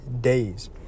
days